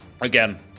Again